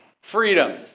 Freedom